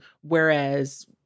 Whereas